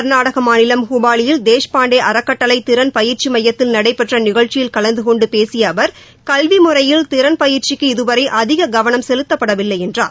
கர்நாடக மாநிலம் ஹுபாளியில் தேஷ் பாண்டே அறக்கட்டளை திறன் பயிற்சி மையத்தில் நடைபெற்ற நிகழ்ச்சியில் கலந்தகொண்டு பேசிய அவர் கல்விமுறையில் திறன்பயிற்சிக்கு இதுவரை அதிக கவனம் செலுத்தப்படவில்லை என்றார்